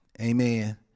amen